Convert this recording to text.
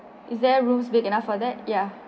is their rooms big enough for that ya